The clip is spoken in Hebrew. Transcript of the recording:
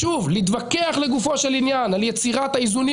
ושוב להתווכח לגופו של עניין על יצירת האיזונים